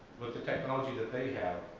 with the technology that they have,